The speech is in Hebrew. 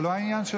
זה לא העניין של,